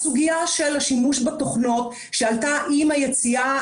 הסוגיה של השימוש בתוכנות שעלתה עם היציאה